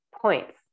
points